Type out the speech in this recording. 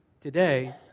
today